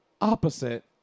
opposite